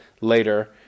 Later